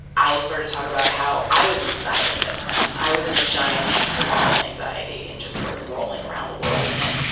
i sort of talk about how i was inside of it then. i was in a giant hamster ball of anxiety and just sort of rolling around the world in it.